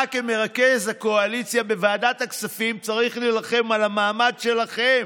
אתה כמרכז הקואליציה בוועדת הכספים צריך להילחם על המעמד שלכם.